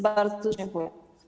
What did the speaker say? Bardzo dziękuję.